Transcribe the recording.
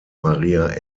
maria